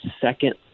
second